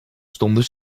stonden